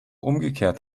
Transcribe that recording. umgekehrt